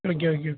okay okay